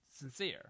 sincere